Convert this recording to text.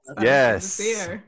Yes